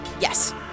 Yes